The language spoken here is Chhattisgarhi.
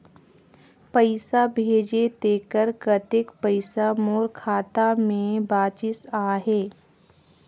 पइसा भेजे तेकर कतेक पइसा मोर खाता मे बाचिस आहाय?